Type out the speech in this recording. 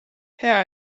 hea